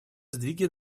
сдвиги